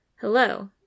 Hello